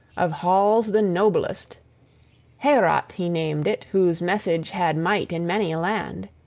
of halls the noblest heorot he named it whose message had might in many a land.